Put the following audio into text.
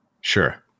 Sure